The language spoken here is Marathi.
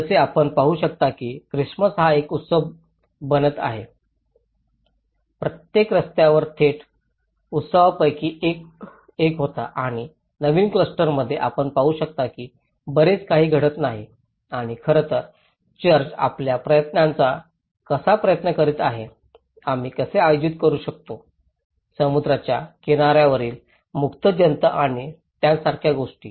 जसे आपण पाहू शकता की ख्रिसमस हा एक उत्सव बनत असलेल्या प्रत्येक रस्त्यावर थेट उत्सवांपैकी एक होता आणि नवीन क्लस्टरमध्ये आपण पाहू शकता की बरेच काही घडत नाही आणि खरं तर चर्च आपल्या प्रयत्नांचा कसा प्रयत्न करीत आहे आम्ही कसे आयोजित करू शकतो समुद्राच्या किनाऱ्यावरील मुक्त जनता आणि त्यासारख्या गोष्टी